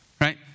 Right